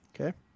Okay